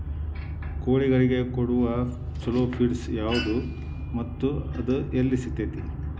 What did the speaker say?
ಕೋಳಿಗಳಿಗೆ ಕೊಡುವ ಛಲೋ ಪಿಡ್ಸ್ ಯಾವದ ಮತ್ತ ಅದ ಎಲ್ಲಿ ಸಿಗತೇತಿ?